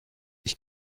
ich